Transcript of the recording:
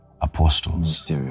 apostles